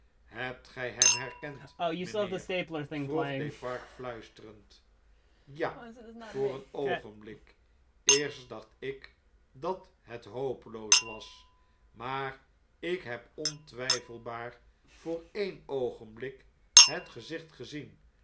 hebt gij hem herkend mijnheer vroeg defarge fluisterend ja voor een oogenblik eerst dachtik dat het hopeloos was maar ik heb ontwijfelbaar voor een oogenblik het gezicht gezien